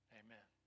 amen